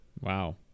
wow